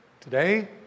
today